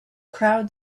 crowd